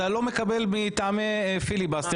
אתה לא מקבל מטעמי פיליבסטר,